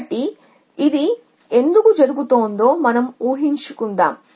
కాబట్టి ఇది ఎందుకు జరుగుతుందో మనం ఊఁ హించుకుందాం